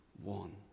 one